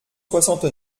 soixante